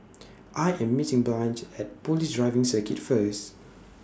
I Am meeting Blanch At Police Driving Circuit First